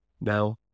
Now